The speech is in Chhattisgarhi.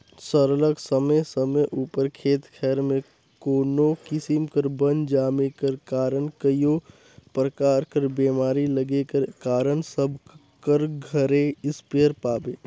सरलग समे समे उपर खेत खाएर में कोनो किसिम कर बन जामे कर कारन कइयो परकार कर बेमारी लगे कर कारन सब कर घरे इस्पेयर पाबे